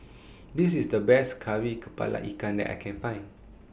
This IS The Best Kari Kepala Ikan that I Can Find